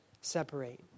separate